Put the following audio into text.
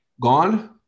Gone